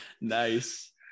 Nice